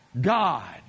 God